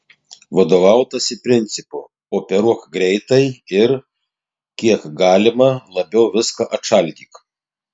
vadovautasi principu operuok greitai ir kiek galima labiau viską atšaldyk